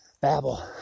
...babble